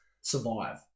survive